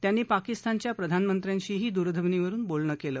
त्यांनी पाकिस्तानच्या प्रधानमंत्र्यांशीही दूरध्वनीवरुन बोलणं केलं